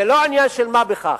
זה לא עניין של מה בכך.